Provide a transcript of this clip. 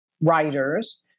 writers